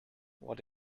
what